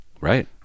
Right